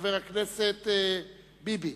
חבר הכנסת ביבי.